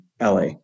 LA